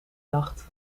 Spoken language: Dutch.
jacht